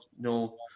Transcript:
no